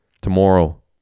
Tomorrow